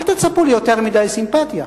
אל תצפו ליותר מדי סימפתיה.